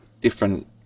different